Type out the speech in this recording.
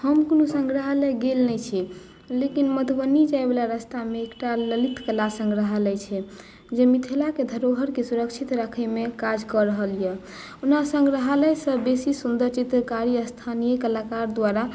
हम कोनो सङ्ग्रहालय गेल नहि छी लेकिन मधुबनी जाए वाला रास्तामे एकटा ललितकला सङ्ग्रहालय छै जे मिथिलाकेँ धरोहरिकेँ सुरक्षित राखय मे काफी काज कऽ रहल यऽ ओना सङ्ग्रहालयसँ बेसी सुन्दर स्थानीय कलाकार द्वारा